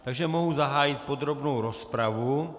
Takže mohu zahájit podrobnou rozpravu.